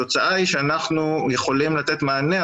התוצאה היא שאנחנו יכולים לתת את המענה,